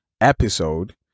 episode